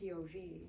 pov